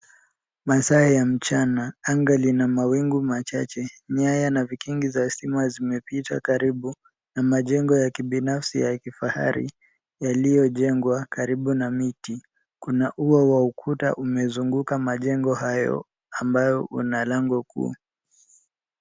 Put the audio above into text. Masaa ya mchana, anga lina mawingu machache, nyaya na vikingi za stima zimepita karibu na majengo ya kibinafsi ya kifahari yaliyojengwa karibu na miti. Kuna ua wa ukuta umezunguka majengo hayo ambayo una lango kuu.